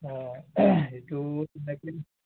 অঁ সেইটো তেনেকৈ